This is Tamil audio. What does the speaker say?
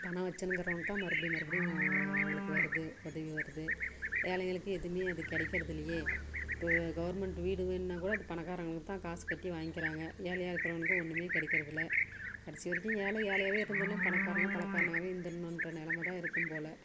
பணம் வச்சிருக்கிறவனுக்கு தான் மறுபடி மறுபடியும் அவங்களுக்கு வருது பதவி வருது ஏழைகளுக்கு எதுவுமே அது கிடைக்குறதில்லியே இப்போது கவர்மெண்ட் வீடு வேணும்னால் கூட பணக்காரங்களுக்கு தான் காசு கட்டி வாங்கிக்கிறாங்க ஏழையாக இருக்கிறவனுக்கு ஒன்றுமே கிடைக்குறதுல்ல கடைசி வரைக்கும் ஏழை ஏழையாகவே இருந்துருணும் பணக்காரன் பணக்காரனாகவே இருந்துடுன்ற நெலமை தான் இருக்கும் போல